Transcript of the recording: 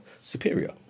superior